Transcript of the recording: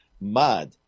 mad